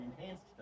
enhanced